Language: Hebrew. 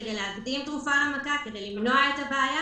כדי שתדעו שאנחנו רוצים להקדים תרופה למכה ולמנוע את הבעיה.